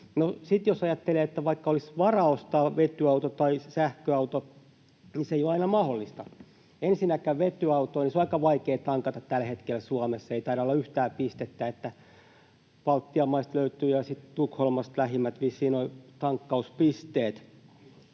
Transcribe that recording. jos ajattelee, että vaikka olisi varaa ostaa vetyauto tai sähköauto, niin se ei ole aina mahdollista. Ensinnäkin vetyauto on aika vaikea tankata tällä hetkellä Suomessa. Ei taida olla yhtään pistettä. Baltian maista ja sitten Tukholmasta löytyvät vissiin lähimmät tankkauspisteet.